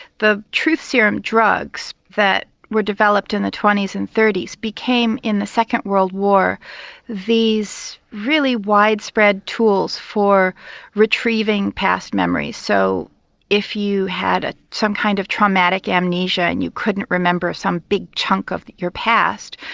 the truth serum drugs that were developed in the twenty s and thirty s became in the second world war these really widespread tools for retrieving past memories. so if you had ah some kind of traumatic amnesia and you couldn't remember some big chunk of your past,